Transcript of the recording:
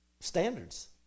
standards